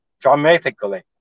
dramatically